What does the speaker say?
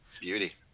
Beauty